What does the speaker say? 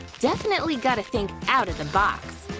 definitely gotta think outta the box.